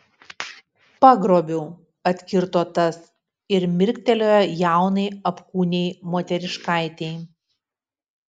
pagrobiau atkirto tas ir mirktelėjo jaunai apkūniai moteriškaitei